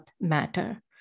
matter